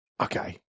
Okay